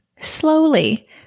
slowly